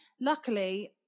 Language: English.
luckily